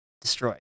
destroyed